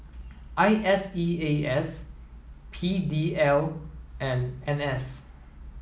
I S E A S P D L and N S